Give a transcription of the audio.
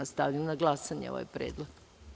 Stavljam na glasanje ovaj predlog.